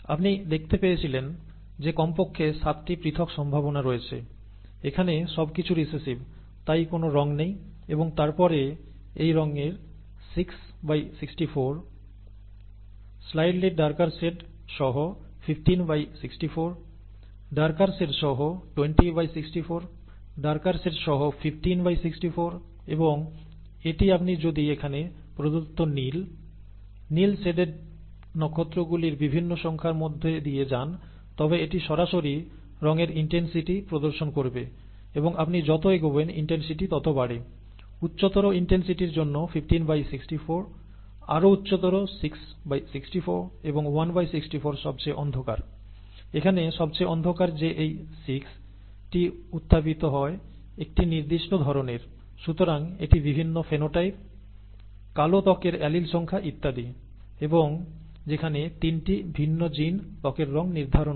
আপনি দেখতে পেয়েছিলেন যে কমপক্ষে 7 টি পৃথক সম্ভাবনা রয়েছে এখানে সবকিছু রিসেসিভ তাই কোনও রঙ নেই এবং তারপরে এই রঙের 664 স্লাইডলি ডার্কার সেড সহ 1564 ডার্কার সেড সহ 2064 ডার্কার সেড সহ 1564 এবং এটি আপনি যদি এখানে প্রদত্ত নীল নীল সেডেড নক্ষত্রগুলির বিভিন্ন সংখ্যার মধ্যে দিয়ে যান তবে এটি সরাসরি রঙের ইনটেনসিটি প্রদর্শন করবে এবং আপনি যত এগোবেন ইনটেনসিটি তত বাড়ে উচ্চতর ইনটেনসিটির জন্য 1564 আরো উচ্চতর 664 এবং 164 সবচেয়ে অন্ধকার এখানে সবচেয়ে অন্ধকার যে এই 6 টি উত্থাপিত হয় একটি নির্দিষ্ট ধরণের সুতরাং এটি বিভিন্ন ফিনোটাইপ কালো ত্বকের অ্যালিল সংখ্যা ইত্যাদি এবং যেখানে 3 টি ভিন্ন জিন ত্বকের রঙ নির্ধারণ করে